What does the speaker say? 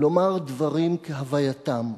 לומר דברים כהווייתם,